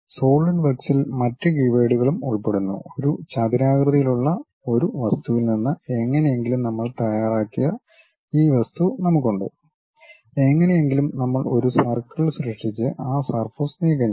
solid വർക്ക്സിൽ മറ്റ് കീവേഡുകളും ഉൾപ്പെടുന്നു ഒരു ചതുരാകൃതിയിലുള്ള ഒരു വസ്തുവിൽ നിന്ന് എങ്ങനെയെങ്കിലും നമ്മൾ തയ്യാറാക്കിയ ഈ വസ്തു നമുക്കുണ്ട് എങ്ങനെയെങ്കിലും നമ്മൾ ഒരു സർക്കിൾ സൃഷ്ടിച്ച് ആ സർഫസ് നീക്കംചെയ്യുന്നു